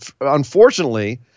unfortunately